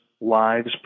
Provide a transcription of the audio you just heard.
lives